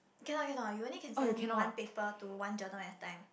cannot cannot you only can send one paper to one journal at a time